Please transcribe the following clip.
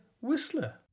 Whistler